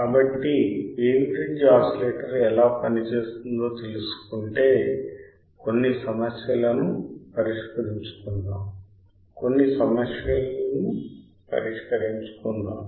కాబట్టి Wien bridge oscillator ఎలా పనిచేస్తుందో తెలుసుకుంటే కొన్ని సమస్యలను పరిష్కరించుకుందాం కొన్ని సమస్యలను పరిష్కరించుకుందాం